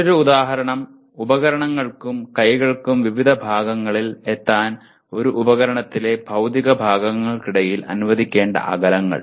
മറ്റൊരു ഉദാഹരണം ഉപകരണങ്ങൾക്കും കൈകൾക്കും വിവിധ ഭാഗങ്ങളിൽ എത്താൻ ഒരു ഉപകരണത്തിലെ ഭൌതിക ഭാഗങ്ങൾക്കിടയിൽ അനുവദിക്കേണ്ട അകലങ്ങൾ